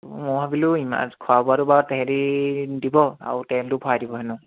মই ভাবিলোঁ ইমান খোৱা বোৱাটো বাৰু তাহাঁতে দিব আৰু তেলটো ভৰাই দিব হেনো